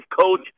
coach